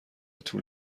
طول